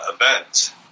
event